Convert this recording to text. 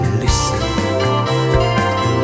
listen